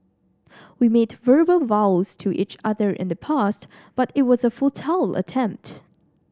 we made verbal vows to each other in the past but it was a futile attempt